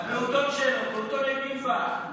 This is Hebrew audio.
למה את לא לוקחת את יאיר לפיד מהפעוטון שלו?